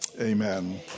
Amen